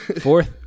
Fourth